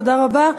תודה רבה.